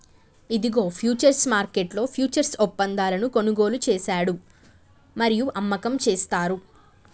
ఇదిగో ఫ్యూచర్స్ మార్కెట్లో ఫ్యూచర్స్ ఒప్పందాలను కొనుగోలు చేశాడు మరియు అమ్మకం చేస్తారు